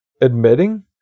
admitting